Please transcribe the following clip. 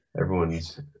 everyone's